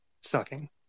sucking